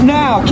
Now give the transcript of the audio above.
now